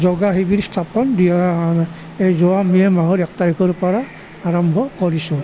যোগা শিবিৰ স্থাপন দিয়া যোৱা মে' মাহৰ এক তাৰিখৰ পৰা আৰম্ভ কৰিছোঁ